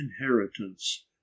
inheritance